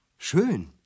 Schön